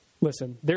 Listen